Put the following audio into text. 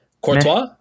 Courtois